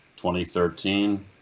2013